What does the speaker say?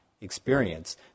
experience